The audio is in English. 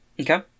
Okay